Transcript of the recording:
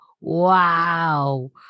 Wow